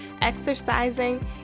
exercising